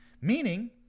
Meaning